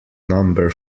number